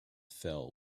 fell